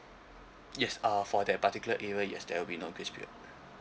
yes uh for that particular area yes there will be no grace period